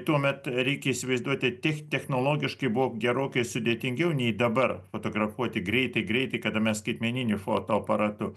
tuomet reikia įsivaizduoti tech technologiškai buvo gerokai sudėtingiau nei dabar fotografuoti greitai greitai kada mes skaitmeniniu fotoaparatu